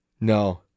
No